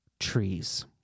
trees